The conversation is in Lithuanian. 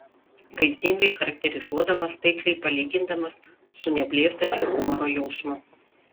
vaizdingai charakterizuodamas taikliai palygindamas su neblėstančiu humoro jausmu